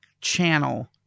channel